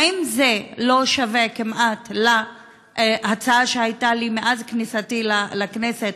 האם זה לא כמעט שווה להצעה שהייתה לי מאז כניסתי לכנסת,